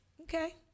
okay